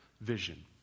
vision